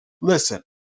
listen